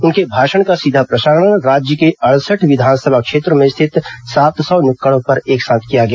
उनके भाषण का सीधा प्रसारण राज्य के अड़सठ विधानसभा क्षेत्रों में स्थित सात सौ नुक्कड़ों पर एक साथ किया गया